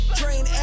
train